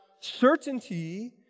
certainty